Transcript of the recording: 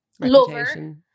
Lover